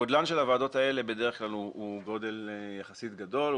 גודלן של הוועדות האלה בדרך כלל הוא גודל יחסית גדול,